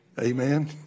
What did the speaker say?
Amen